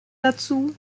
dazu